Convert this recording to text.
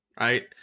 right